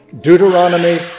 Deuteronomy